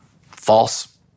False